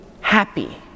happy